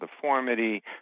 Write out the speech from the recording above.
deformity